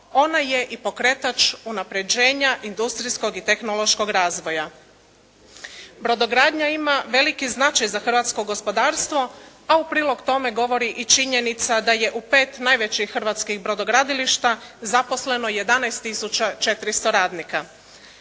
ona je i pokretač unapređenja industrijskog i tehnološkog razvoja. Brodogradnja ima veliki značaj za hrvatsko gospodarstvo, a u prilog tome govori i činjenica da je u 5 najvećih hrvatskih brodogradilišta zaposleno 11 tisuća 400 radnika.